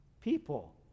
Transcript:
people